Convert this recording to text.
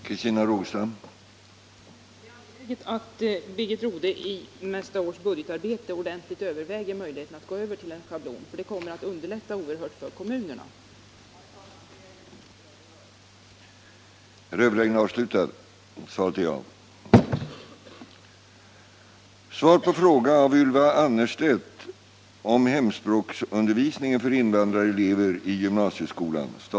Herr talman! Det är angeläget att Birgit Rodhe i nästa års budgetarbete ordentligt överväger möjligheterna att gå över till en schablon. Det kommer att underlätta oerhört för kommunerna och för invandrareleverna.